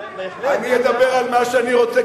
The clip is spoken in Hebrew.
אני אדבר על מה שאני רוצה,